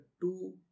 two